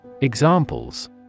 Examples